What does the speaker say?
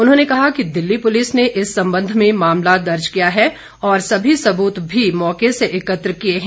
उन्होंने कहा कि दिल्ली पुलिस ने इस संबंध में मामला दर्ज किया है और सभी सबूत भी मौके से एकत्र किए हैं